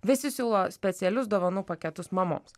visi siūlo specialius dovanų paketus mamoms